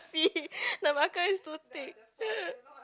see the marker is too thick